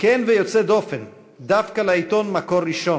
כן ויוצא דופן דווקא לעיתון "מקור ראשון",